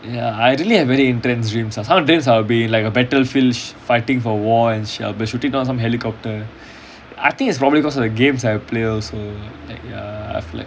ya I really have very intense dreams us some days I'll be like in a battlefields fighting for war and sh~ I'll be shooting down some helicopter I think it's probably cause of the games I play also like ya I feel like